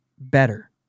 better